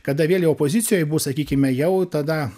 kada vėl jie opozicijoj bus sakykime jau tada